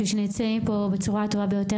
בשביל שנצא מפה בצורה הטובה ביותר,